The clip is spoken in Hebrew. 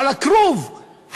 על הכרוב,